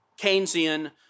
Keynesian